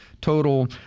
total